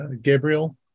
Gabriel